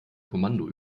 kommando